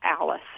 Alice